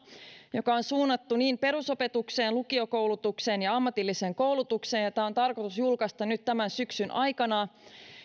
joka on suunnattu niin perusopetukseen kuin lukiokoulutukseen ja ammatilliseen koulutukseen ja tämä on tarkoitus julkaista nyt tämän syksyn aikana